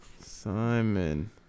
Simon